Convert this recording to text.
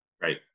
Right